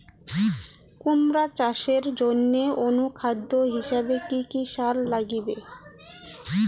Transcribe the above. কুমড়া চাষের জইন্যে অনুখাদ্য হিসাবে কি কি সার লাগিবে?